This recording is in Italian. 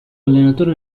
allenatore